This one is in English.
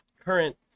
current